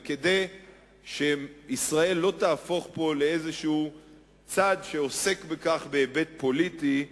וכדי שישראל לא תהפוך פה לאיזשהו צד שעוסק בכך בהיבט פוליטי,